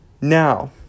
Now